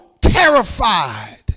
terrified